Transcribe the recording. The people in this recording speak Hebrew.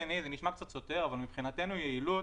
שנית, זה נשמע קצת סותר, אבל מבחינתנו יעילות